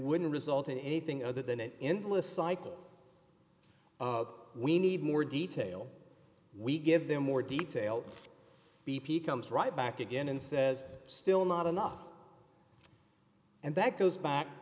wouldn't result in anything other than an endless cycle of we need more detail we give them more detail b p comes right back again and says still not enough and that goes back